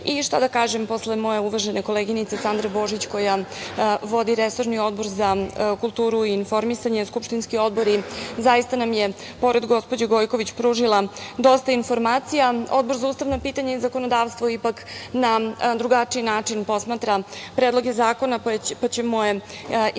I šta da kažem posle moje uvažene koleginice Sandre Božić, koja vodi resorni Odbor za kulturu i informisanje, skupštinski odbor, zaista nam je, pored gospođe Gojković, pružila dosta informacija. Odbor za ustavna pitanja i zakonodavstvo ipak na drugačiji način posmatra predloge zakona, pa će moje izlaganje